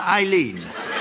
Eileen